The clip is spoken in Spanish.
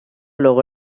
luego